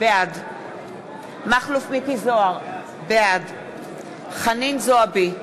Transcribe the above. בעד מכלוף מיקי זוהר, בעד חנין זועבי,